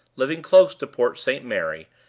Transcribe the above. living close to port st. mary,